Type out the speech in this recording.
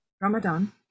Ramadan